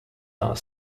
are